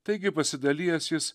taigi pasidalijęs jis